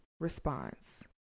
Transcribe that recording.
Response